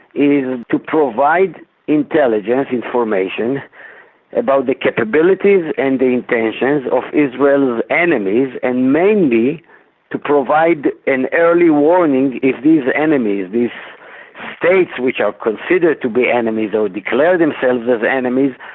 is to provide intelligence, information, about the capabilities and the intentions of israel's enemies and mainly to provide an early warning if these enemies, these states which are considered to be enemy, though declare themselves as enemies,